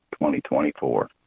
2024